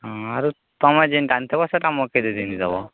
ହଁ ଆରୁ ତୁମେ ଯେନ୍ଟା ଆନିଥିବ ସେଇଟା ମୋତେ ଦୁଇ ଦିନ ଦବ